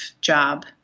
job